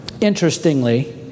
Interestingly